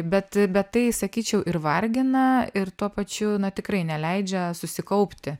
bet bet tai sakyčiau ir vargina ir tuo pačiu na tikrai neleidžia susikaupti